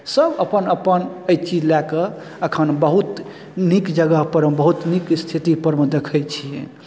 सब अपन अपन एहि चीज लए कऽ एखन बहुत नीक जगहपर बहुत नीक स्थितिपर मे देखै छियै